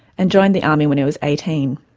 and joined the army when he was eighteen.